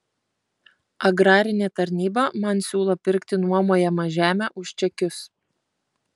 agrarinė tarnyba man siūlo pirkti nuomojamą žemę už čekius